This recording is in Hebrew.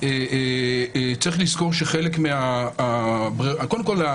קודם כול,